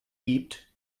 gibt